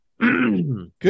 Good